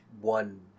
one